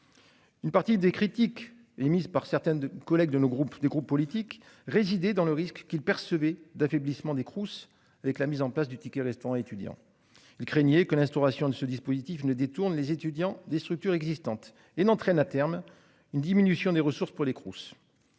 Une partie des critiques émises par certaines de collecte de nos groupes, des groupes politiques résider dans le risque qu'il percevait d'affaiblissement des Crous, avec la mise en place du ticket-restaurant étudiant il craignait que l'instauration de ce dispositif ne détourne les étudiants des structures existantes et n'entraîne à terme une diminution des ressources pour les Crous.